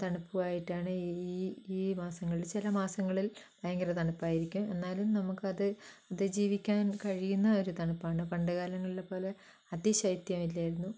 തണുപ്പുമായിട്ടാണ് ഈ ഈ മാസങ്ങളിൽ ചില മാസങ്ങളിൽ ഭയങ്കര തണുപ്പായിരിക്കും എന്നാലും നമുക്ക് അത് അതിജീവിക്കാൻ കഴിയുന്ന ഒരു തണുപ്പാണ് പണ്ടു കാലങ്ങളെപ്പോലെ അതിശൈത്യം ഇല്ലായിരുന്നു